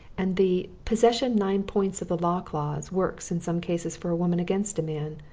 and the possession-nine-points-of-the-law clause works in some cases for a woman against a man.